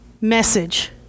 message